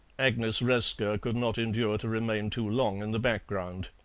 agnes resker could not endure to remain too long in the background.